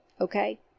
Okay